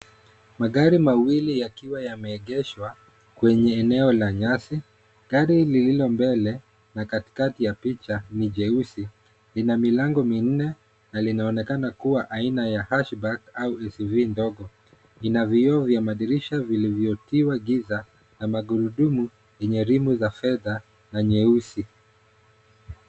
Magari mawili yakiwa yameegeshwa kwenye eneo la nyasi. Gari lililo mbele na katikati ya picha ni jeusi, ina milango minne na linaonekana kuwa aina ya Hashback au SUV ndogo. Lina vioo vya madirisha vilivyotiwa giza na magurudumu enye rimu za fedha na nyeusi.